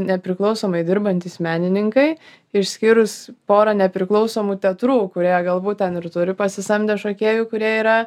nepriklausomai dirbantys menininkai išskyrus porą nepriklausomų teatrų kurie galbūt ten ir turi pasisamdę šokėjų kurie yra